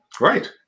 Right